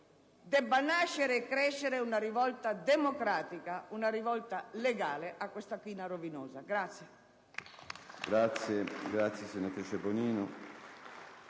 debba nascere e crescere una rivolta democratica, una rivolta legale a questa china rovinosa.